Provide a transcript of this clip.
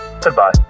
Goodbye